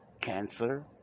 cancer